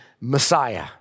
Messiah